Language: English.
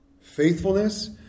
Faithfulness